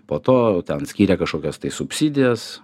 po to ten skyrė kažkokias tai subsidijas